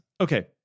Okay